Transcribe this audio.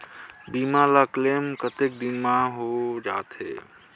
बीमा ला क्लेम कतेक दिन मां हों जाथे?